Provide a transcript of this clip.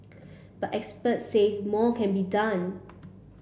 but experts says more can be done